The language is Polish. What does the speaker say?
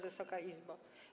Wysoka Izbo!